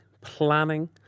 planning